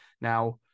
Now